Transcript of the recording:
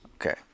Okay